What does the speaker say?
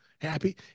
Happy